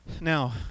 Now